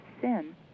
sin